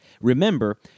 Remember